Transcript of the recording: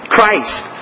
Christ